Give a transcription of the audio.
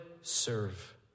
serve